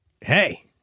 Hey